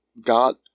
God